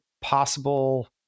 possible